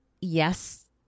yes